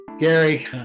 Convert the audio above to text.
Gary